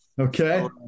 Okay